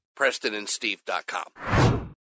PrestonandSteve.com